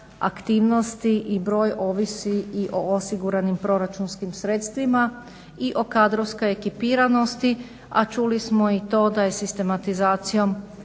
aktivnosti i broj ovisi i o osiguranim proračunskim sredstvima i o kadrovskoj ekipiranosti, a čuli smo i to da je sistematizacijom